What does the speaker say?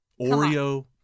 Oreo